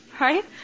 right